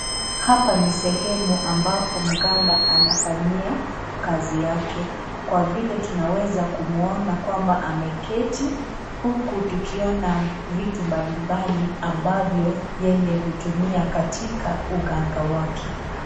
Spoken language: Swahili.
Hapa ni sehemu ambapo mganga anafanyia kazi yake kwa vile tunaweza kumuona kwamba ameketi uku tukiona vitu mbalimbali ambavyo yeye hutumia katika uganga wake.